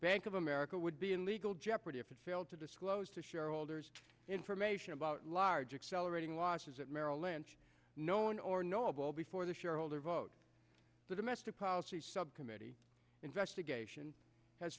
bank of america would be in legal jeopardy if it failed to disclose to shareholders information about large accelerating losses at merrill lynch known or knowable before the shareholder vote the domestic policy subcommittee investigation has